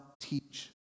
teach